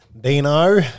Dino